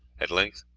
at length,